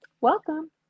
Welcome